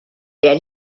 der